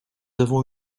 avons